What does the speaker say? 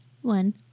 One